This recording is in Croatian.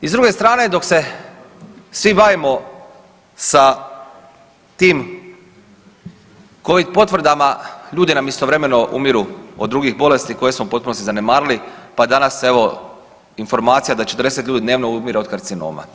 I s druge strane dok se svi bavimo sa tim covid potvrdama ljudi nam istovremeno umiru od drugih bolesti koje smo u potpunosti zanemarili, pa danas evo informacija da 40 ljudi dnevno umire od karcinoma.